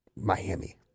Miami